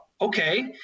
Okay